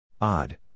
Odd